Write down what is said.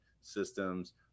systems